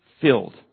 filled